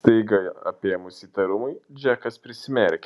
staiga apėmus įtarumui džekas prisimerkė